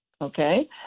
okay